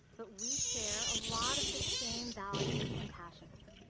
but we share a lot of the same values and passions.